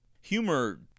Humor